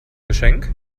geschenk